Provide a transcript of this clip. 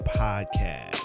podcast